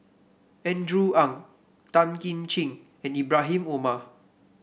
Andrew Ang Tan Kim Ching and Ibrahim Omar